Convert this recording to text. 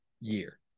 year